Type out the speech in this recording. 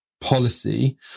policy